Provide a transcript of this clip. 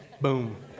Boom